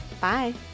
Bye